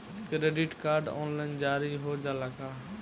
Credit card online जारी हो जाला का?